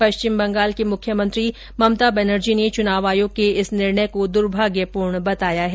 पश्चिम बंगाल की मुख्यमंत्री ममता बेनर्जी ने चुनाव आयोग के इस निर्णय को दुर्भाग्यपूर्ण बताया है